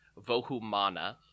Vohumana